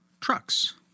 trucks